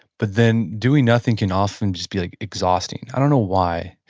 but then, doing nothing can often just be like exhausting. i don't know why.